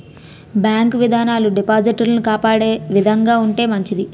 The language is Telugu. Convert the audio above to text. బ్యాంకు విధానాలు డిపాజిటర్లను కాపాడే విధంగా ఉంటే మంచిది